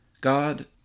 God